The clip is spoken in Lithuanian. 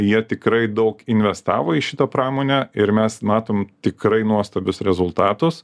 jie tikrai daug investavo į šitą pramonę ir mes matom tikrai nuostabius rezultatus